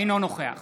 אינו נוכח